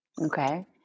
Okay